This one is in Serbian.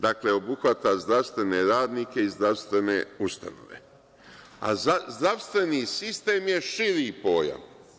Dakle, obuhvata zdravstvene radnike i zdravstvene ustanove, a zdravstveni sistem je širi pojam.